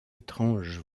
étrange